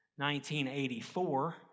1984